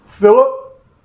Philip